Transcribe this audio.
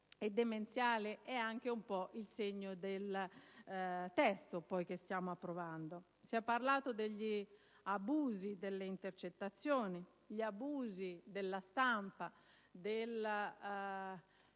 e demenziale è anche un po' il segno del testo in esame. Si è parlato degli abusi delle intercettazioni, degli abusi della stampa nel